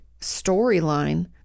storyline